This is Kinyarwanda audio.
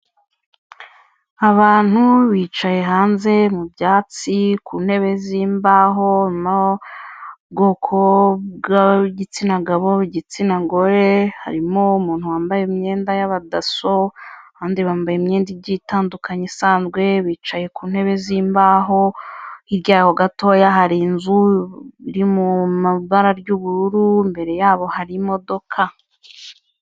Abantu bicaye hanze mu byatsi ku ntebe z'imbaho, harimo ubwoko bw'igitsina gabo, igore, harimo umuntu wambaye imyenda y'abadaso, abandi bambaye imyenda igiye itandukanye isanzwe, bicaye ku ntebe z'imbaho, hirya yaho gatoya hari inzu iri mu ibara ry'ubururu, imbere yabo hari imodoka.